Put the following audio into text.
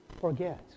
forget